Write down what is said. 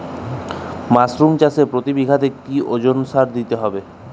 Mushroom চাষে প্রতি বিঘাতে কি ওজনে সার দিতে হবে?